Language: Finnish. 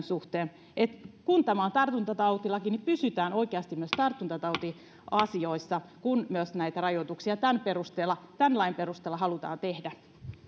suhteen eli kun tämä on tartuntatautilaki niin pysytään oikeasti myös tartuntatautiasioissa kun näitä rajoituksia tämän lain perusteella halutaan tehdä